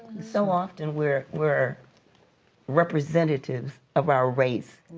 so often, we're we're representatives of our race.